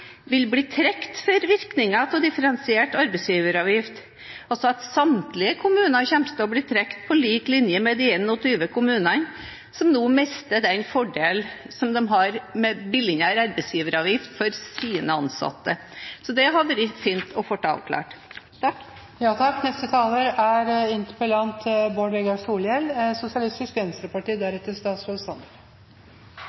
vil bli trukket for virkningen av differensiert arbeidsgiveravgift – altså at samtlige kommuner kommer til å bli trukket på lik linje med de 21 kommunene som nå mister den fordelen som de har med lavere arbeidsgiveravgift for sine ansatte. Det hadde det vært fint å få avklart.